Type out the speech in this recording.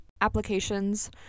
applications